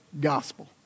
gospel